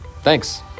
Thanks